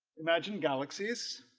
imagine galaxies